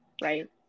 right